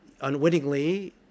unwittingly